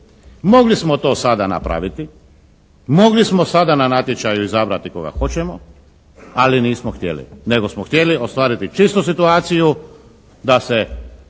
Mogli smo to sada napraviti. Mogli smo sada na natječaju izabrati koga hoćemo, ali nismo htjeli nego smo htjeli ostvariti čistu situaciju da se